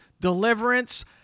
deliverance